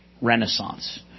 renaissance